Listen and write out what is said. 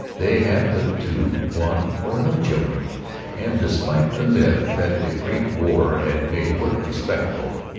they had but two, one, or no children and despite the myth that the great war had made work respectable,